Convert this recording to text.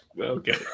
Okay